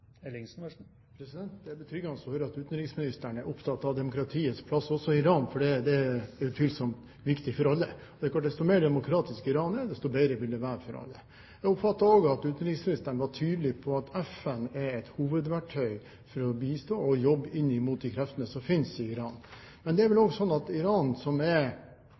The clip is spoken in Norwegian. Det er betryggende å høre at utenriksministeren er opptatt av demokratiets plass også i Iran, for det er utvilsomt viktig for alle. Det er klart at desto mer demokratisk Iran er, desto bedre vil det være for alle. Jeg oppfattet også at utenriksministeren var tydelig på at FN er et hovedverktøy for å bistå og jobbe inn imot de kreftene som finnes i Iran. Men det er vel også sånn at Iran er svært isolert som nasjon og har få støttespillere, og de støttespillerne de har er